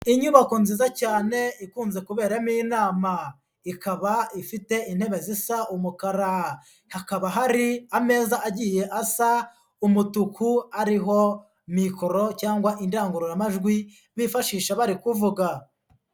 Inyubako nziza cyane ikunze kuberamo inama, ikaba ifite intebe zisa umukara, hakaba hari ameza agiye asa umutuku ariho mikoro cyangwa indangururamajwi bifashisha bari kuvuga.